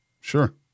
Sure